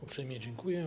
Uprzejmie dziękuję.